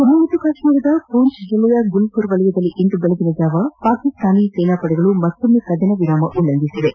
ಜಮ್ಮು ಮತ್ತು ಕಾಶ್ಮೀರದ ಪೂಂಚ್ ಜಿಲ್ಲೆಯ ಗುಲ್ಪುರ್ ವಲಯದಲ್ಲಿ ಇಂದು ಬೆಳಗಿನ ಜಾವ ಪಾಕಿಸ್ತಾನದ ಸೇನಾಪಡೆಗಳು ಮತ್ತೊಮ್ಮೆ ಕದನ ವಿರಾಮ ಉಲ್ಲಂಘಿಸಿವೆ